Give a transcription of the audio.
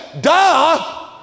Duh